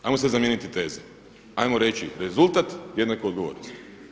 Hajmo sad zamijeniti teze, hajmo reći rezultat jednako odgovornost.